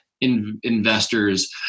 investors